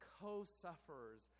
co-sufferers